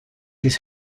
his